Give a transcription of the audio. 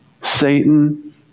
Satan